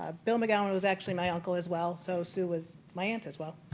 ah bill mcgowan was actually my uncle as well, so sue was my aunt as well.